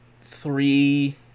three